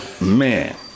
man